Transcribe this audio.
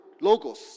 Logos